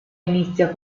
inizia